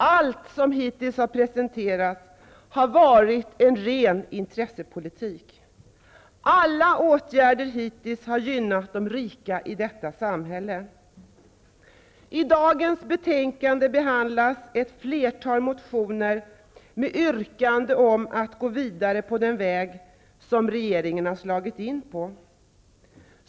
Allt som hittills har presenterats har varit en ren intressepolitik. Alla åtgärder har gynnat de rika i detta samhälle. I detta betänkande behandlas ett flertal motioner med yrkanden om att gå vidare på den väg som regeringen har slagit in på.